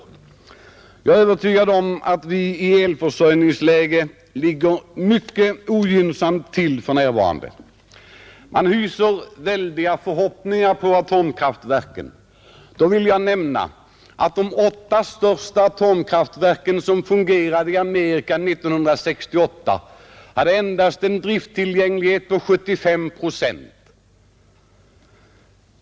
Nej, jag är övertygad om att vi när det gäller vår elförsörjning ligger mycket ogynnsamt till för närvarande. Man hyser också stora förhoppningar om atomkraftverken, men då vill jag nämna att de åtta största atomkraftverk som fungerade i Amerika 1968 endast hade en drifttillgänglighet på 75 procent.